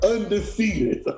Undefeated